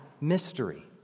mystery